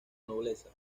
nobleza